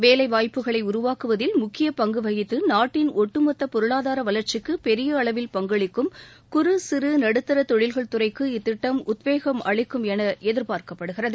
வேலைவாய்ப்புக்களை உருவாக்குவதில் முக்கிய பங்கு வகித்து நாட்டின் ஒட்டுமொத்த பொருளாதார வளர்ச்சிக்கு பெரிய அளவில் பங்களிக்கும் குறு சிறு நடுத்தர தொழில்கள் துறைக்கு இத்திட்டம் உத்வேகம் அளிக்கும் என எதிர்பார்க்கப்படுகிறது